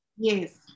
Yes